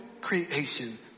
creation